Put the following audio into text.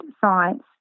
science